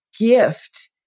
gift